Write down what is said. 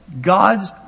God's